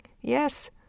Yes